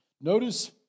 Notice